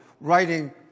writing